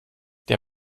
der